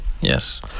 Yes